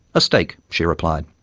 a steak, she replied.